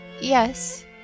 Yes